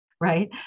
right